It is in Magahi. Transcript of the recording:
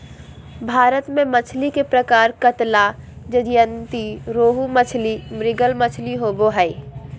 भारत में मछली के प्रकार कतला, ज्जयंती रोहू मछली, मृगल मछली होबो हइ